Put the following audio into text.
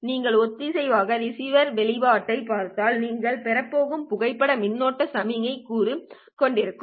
நீங்கள் ஒத்திசைவான ரிசீவர் வெளியீட்டைப் பார்த்தால் நீங்கள் பெறப் போகும் புகைப்பட மின்னோட்டத்தை சமிக்ஞை கூறு கொண்டிருக்கும்